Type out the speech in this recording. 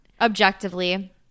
Objectively